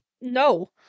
no